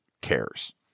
CARES